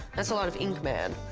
that's a lot of ink, man.